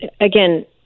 again